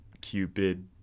Cupid